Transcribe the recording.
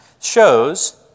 shows